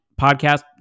podcast